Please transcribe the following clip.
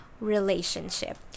relationship